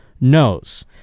knows